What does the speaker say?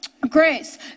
Grace